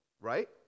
right